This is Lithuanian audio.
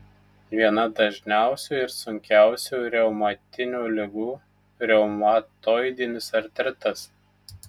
viena dažniausių ir sunkiausių reumatinių ligų reumatoidinis artritas